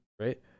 right